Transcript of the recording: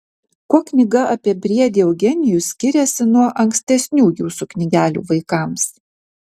kuo knyga apie briedį eugenijų skiriasi nuo ankstesnių jūsų knygelių vaikams